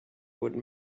would